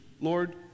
Lord